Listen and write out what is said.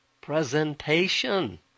presentation